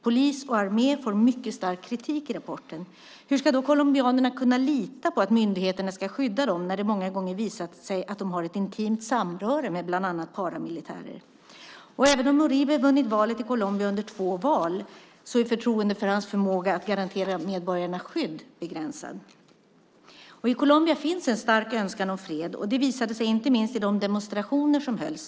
Polis och armé får mycket stark kritik i rapporten. Hur ska colombianerna kunna lita på att myndigheterna ska skydda dem när det många gånger har visat sig att dessa har ett intimt samröre med bland annat paramilitära grupper? Och även om Uribe vunnit två val i Colombia är förtroendet för hans förmåga att garantera medborgarna skydd begränsad. I Colombia finns en stark önskan om fred. Det visade sig inte minst i de demonstrationer som hölls.